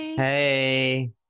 Hey